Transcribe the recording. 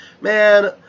Man